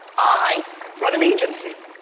i run an agency